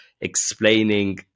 explaining